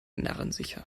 narrensicher